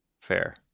Fair